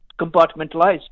compartmentalized